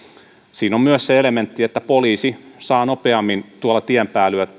siinä on myös se elementti että poliisi saa nopeammin tuolla tien